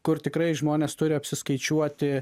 kur tikrai žmonės turi apsiskaičiuoti